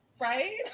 right